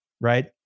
right